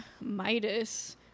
Midas